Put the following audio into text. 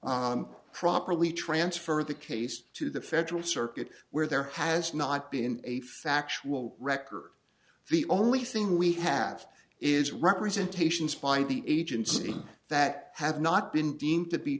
properly transfer the case to the federal circuit where there has not been a factual record the only thing we have is representation is find the agency that have not been deemed to be